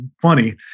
funny